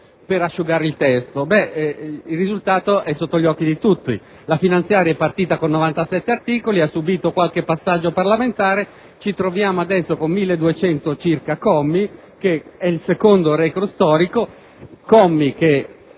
per asciugare il testo. Ebbene, il risultato è sotto gli occhi di tutti: la finanziaria è partita con 97 articoli, ha subito qualche passaggio parlamentare; ci troviamo adesso con circa 1.200 commi, che rappresentano il secondo *record* storico